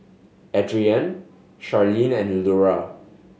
Adrienne Sharleen and Lura